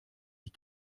die